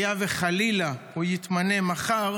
היה וחלילה הוא יתמנה מחר,